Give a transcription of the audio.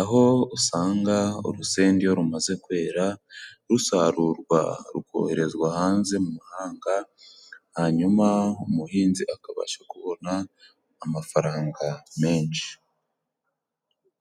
aho usanga urusenda iyo rumaze kwera rusarurwa， rukoherezwa hanze mu mahanga， hanyuma umuhinzi akabasha kubona， amafaranga menshi.